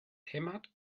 hämmert